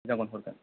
मोजांखौनो हरगोन